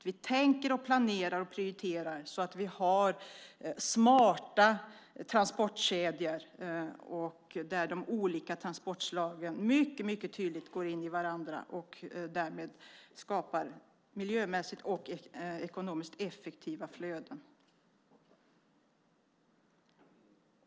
Vi tänker, planerar och prioriterar så att vi har smarta transportkedjor där de olika transportslagen mycket tydligt går in i varandra och därmed skapar miljömässigt och ekonomiskt effektiva flöden.